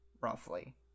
roughly